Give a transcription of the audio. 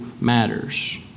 matters